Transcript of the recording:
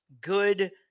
good